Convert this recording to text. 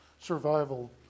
survival